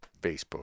Facebook